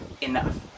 enough